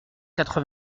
quatre